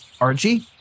Archie